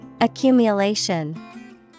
Accumulation